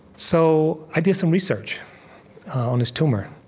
so i did some research on his tumor,